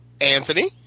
Anthony